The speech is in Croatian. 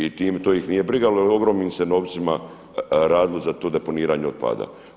I to ih nije brigalo jer o ogromnim se novcima radilo za to deponiranje otpada.